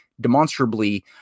demonstrably